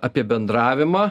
apie bendravimą